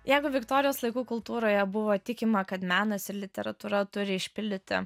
jeigu viktorijos laikų kultūroje buvo tikima kad menas ir literatūra turi išpildyti